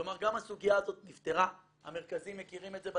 כלומר גם הסוגיה הזאת נפתרה המרכזים מכירים את זה בדיונים,